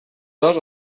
dos